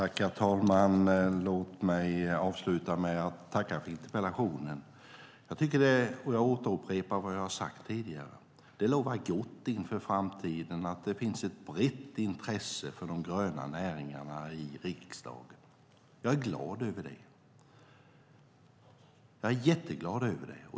Herr talman! Låt mig avsluta med att tacka för interpellationen och upprepa vad jag har sagt tidigare: Det lovar gott inför framtiden att det finns ett brett intresse för de gröna näringarna i riksdagen. Jag är glad över det.